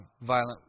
violent